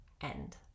end